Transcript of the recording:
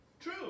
True